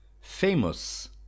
Famous